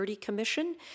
Commission